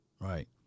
right